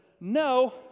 no